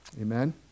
Amen